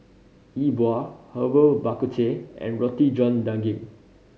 Yi Bua Herbal Bak Ku Teh and Roti John Daging